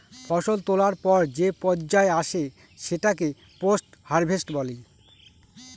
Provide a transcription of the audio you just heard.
ফসল তোলার পর যে পর্যায় আসে সেটাকে পোস্ট হারভেস্ট বলি